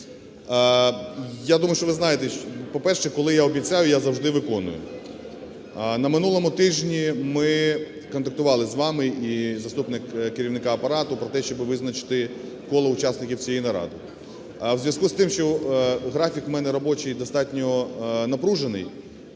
Я думаю, що ви знаєте, по-перше, коли я обіцяю, я завжди виконую. На минулому тижні ми контактували з вами і заступником керівника Апарату про те, щоб визначити коло учасників цієї наради. У зв'язку з тим, що графік в мене робочий достатньо напружений